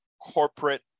corporate